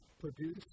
produce